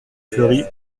fleurie